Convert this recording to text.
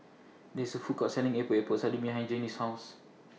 There IS Food Court Selling Epok Epok Sardin behind Journey's House